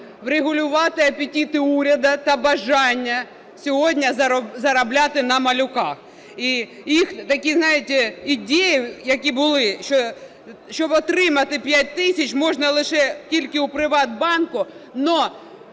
врегулювати апетити уряду та бажання сьогодні заробляти на малюках. І їх такі, знаєте, ідеї, які були, що отримати 5 тисяч можна лише тільки у "Приватбанку".